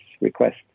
request